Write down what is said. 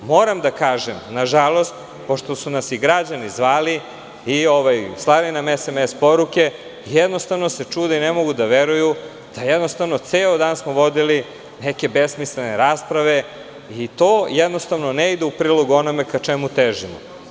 Moram da kažem, na žalost, pošto su nas i građani zvali i slali nam SMS poruke, jednostavno se čude i ne mogu da veruju da ceo dan smo vodili neke besmislene rasprave i to jednostavno ne ide u prilog onome ka čemu težimo.